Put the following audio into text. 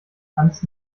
hans